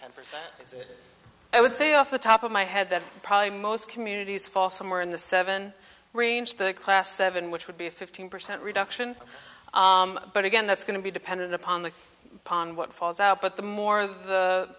ten percent so i would say off the top of my head that probably most communities fall somewhere in the seven range to class seven which would be a fifteen percent reduction but again that's going to be dependent upon the pond what falls out but the more